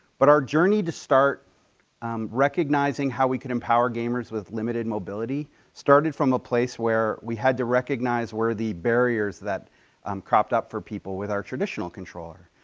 but our journey to start um recognizing how we can empower gamers with limited mobility started from a place where we had to recognize where the barriers that um cropped up for people with our traditional controller.